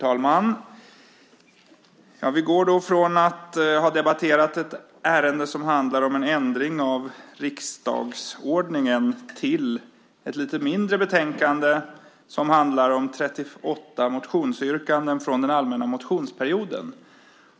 Herr talman! Från att ha debatterat ett ärende som handlar om en ändring av riksdagsordningen går vi nu över till att behandla ett lite mindre betänkande. Där behandlas 38 motionsyrkanden från den allmänna motionsperioden.